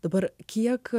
dabar kiek